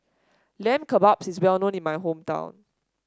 Lamb Kebabs is well known in my hometown